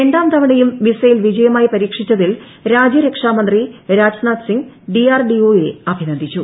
രണ്ടാം തവണയും മിസൈൽ വിജയമായി പരീക്ഷിച്ചതിൽ രാജ്യരക്ഷാ മന്ത്രി Rajnath Singh D R D O യെ അഭിനന്ദിച്ചു